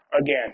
again